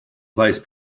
vice